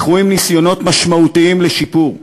לכו עם ניסיונות משמעותיים לשיפור.